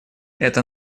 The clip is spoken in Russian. это